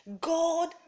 God